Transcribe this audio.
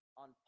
on